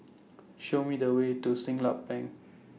Show Me The Way to Siglap Bank